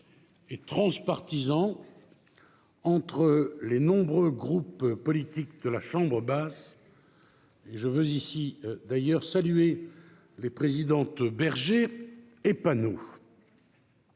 et transpartisan entre les nombreux groupes politiques de la chambre basse. Je veux d'ailleurs saluer ici les présidentes de groupe Aurore